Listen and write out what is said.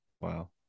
Wow